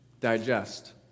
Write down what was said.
digest